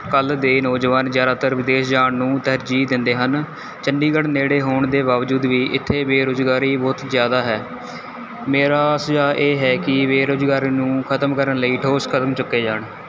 ਕੱਲ੍ਹ ਦੇ ਨੌਜਵਾਨ ਜ਼ਿਆਦਾਤਰ ਵਿਦੇਸ਼ ਜਾਣ ਨੂੂੰ ਤਰਜੀਹ ਦਿੰਦੇ ਹਨ ਚੰਡੀਗੜ੍ਹ ਨੇੜੇ ਹੋਣ ਦੇ ਬਾਵਜੂਦ ਵੀ ਇੱਥੇ ਬੇਰੁਜ਼ਗਾਰੀ ਬਹੁਤ ਜ਼ਿਆਦਾ ਹੈ ਮੇਰਾ ਸੁਝਾਅ ਇਹ ਹੈ ਕਿ ਬੇਰੁਜ਼ਗਾਰੀ ਨੂੰ ਖ਼ਤਮ ਕਰਨ ਲਈ ਠੋਸ ਕਦਮ ਚੁੱਕੇ ਜਾਣ